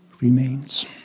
remains